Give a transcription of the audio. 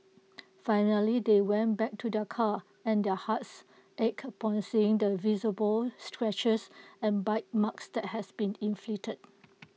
finally they went back to their car and their hearts ached upon seeing the visible scratches and bite marks that had been inflicted